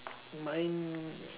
mine